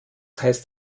heißt